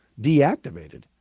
deactivated